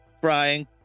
Frying